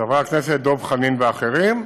של חבר הכנסת דב חנין ואחרים,